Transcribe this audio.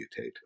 mutate